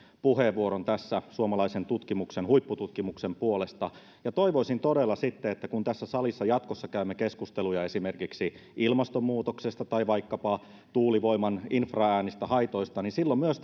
puheenvuoron tässä suomalaisen huippututkimuksen puolesta ja toivoisin todella että sitten kun tässä salissa jatkossa käymme keskusteluja esimerkiksi ilmastonmuutoksesta tai vaikkapa tuulivoiman infraäänistä haitoista niin myös